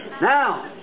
Now